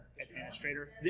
administrator